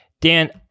Dan